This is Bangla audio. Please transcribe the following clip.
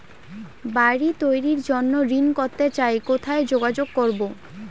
বাড়ি তৈরির জন্য ঋণ করতে চাই কোথায় যোগাযোগ করবো?